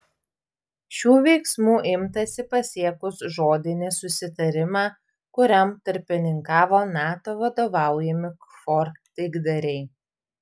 šių veiksmų imtasi pasiekus žodinį susitarimą kuriam tarpininkavo nato vadovaujami kfor taikdariai